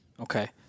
Okay